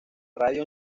radio